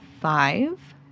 five